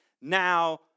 now